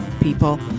people